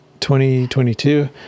2022